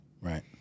right